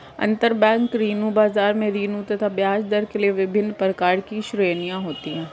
अंतरबैंक ऋण बाजार में ऋण तथा ब्याजदर के लिए विभिन्न प्रकार की श्रेणियां होती है